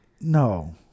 No